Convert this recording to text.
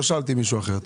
לא שאלתי מישהו אחר.